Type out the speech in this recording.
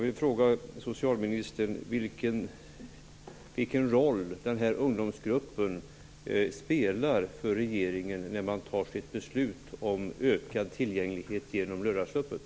Vilken roll spelar den här ungdomsgruppen för regeringen när beslut tas om ökad tillgänglighet genom lördagsöppet?